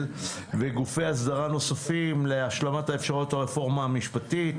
בנק ישראל וגופי אסדרה נוספים להשלכות האפשרויות לרפורמה המשפטית